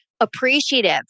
appreciative